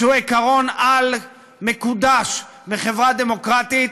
שהיא עקרון-על מקודש בחברה דמוקרטית,